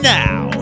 now